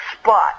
spot